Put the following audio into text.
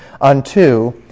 unto